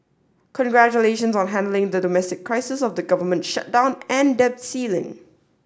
congratulations on handling the domestic crisis of the government shutdown and debt ceiling